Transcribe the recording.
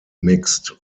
mixed